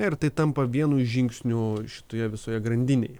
ir tai tampa vienu žingsniu šitoje visoje grandinėje